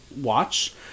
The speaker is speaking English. watch